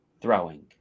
throwing